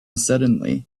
suddenly